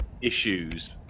issues